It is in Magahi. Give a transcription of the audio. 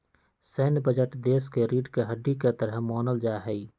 सैन्य बजट देश के रीढ़ के हड्डी के तरह मानल जा हई